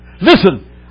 Listen